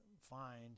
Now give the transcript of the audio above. find